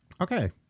Okay